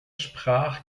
sprach